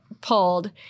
pulled